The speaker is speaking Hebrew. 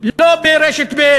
לא ברשת ב',